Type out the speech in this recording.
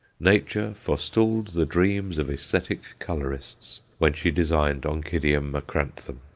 nature forestalled the dreams of aesthetic colourists when she designed oncidium macranthum.